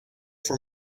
for